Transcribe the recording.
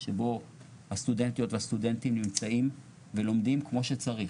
שבו הסטודנטיות והסטודנטים נמצאים ולומדים כמו שצריך.